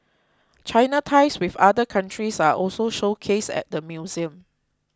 China ties with other countries are also showcased at the museum